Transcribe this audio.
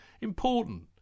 important